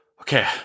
Okay